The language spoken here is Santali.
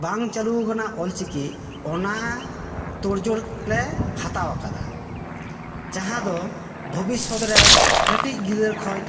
ᱵᱟᱝ ᱪᱟᱹᱞᱩ ᱟᱠᱟᱱᱟ ᱚᱞ ᱪᱤᱠᱤ ᱚᱱᱟ ᱛᱳᱲᱡᱳᱲᱞᱮ ᱦᱟᱛᱟᱣ ᱟᱠᱟᱫᱟ ᱡᱟᱦᱟᱸ ᱫᱚ ᱵᱷᱚᱵᱤᱥᱛ ᱨᱮ ᱠᱟᱹᱴᱤᱡ ᱜᱤᱫᱽᱨᱟᱹ ᱠᱷᱚᱡ